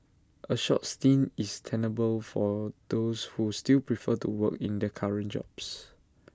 A short stint is tenable for those who still prefer to work in their current jobs